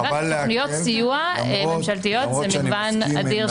תוכניות סיוע ממשלתיות זה מגוון אדיר של תוכניות.